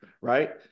right